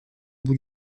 bout